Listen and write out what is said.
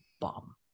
bomb